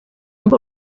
amb